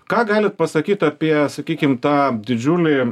ką galit pasakyt apie sakykim tą didžiulį